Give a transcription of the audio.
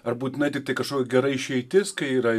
ar būtinai tiktai kažkokia gera išeitis kai yra